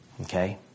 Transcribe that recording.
Okay